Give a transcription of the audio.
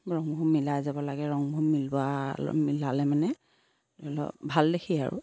ৰংবোৰ মিলাই যাব লাগে ৰংবোৰ মিলোৱা মিলালে মানে ধৰি লওক ভাল দেখি আৰু